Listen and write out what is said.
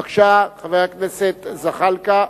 בבקשה, חבר הכנסת זחאלקה.